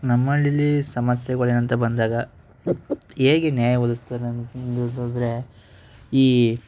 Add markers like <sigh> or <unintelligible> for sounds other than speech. ನಮ್ಮಳ್ಳೀಲಿ ಸಮಸ್ಯೆಗಳೆ ಅಂತ ಬಂದಾಗ ಹೇಗೆ ನ್ಯಾಯ ಒದಗಿಸ್ತಾರೆ <unintelligible> ಈ